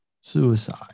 suicide